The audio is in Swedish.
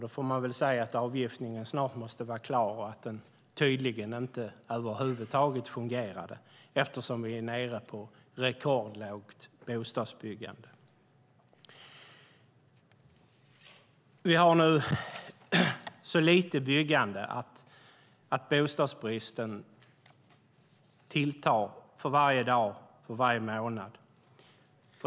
Då får man väl säga att avgiftningen snart måste vara klar och att den tydligen inte över huvud taget fungerade, eftersom vi är nere på ett rekordlågt bostadsbyggande. Vi har nu så lite byggande att bostadsbristen tilltar för varje dag och varje månad.